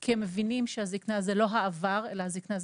כי הם מבינים שזקנה היא לא העבר, אלא העתיד.